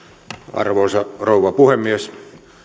arvoisa rouva puhemies